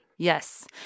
Yes